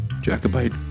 jacobite